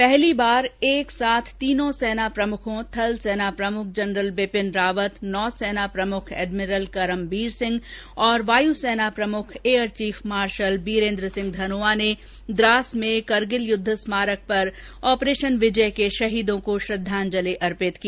पहली बार एकसाथ तीनों सेना प्रमुखों थलसेना प्रमुख जनरल बिपिन रावत नौसेना प्रमुख एडमिरल करमबीर सिंह और वायुसेना प्रमुख air chief marshal Birender Singh Dhanoa ने द्रास में करगिल युद्ध स्मारक पर ऑपरेशन विजय के शहीदों को श्रद्धांजलि अर्पित की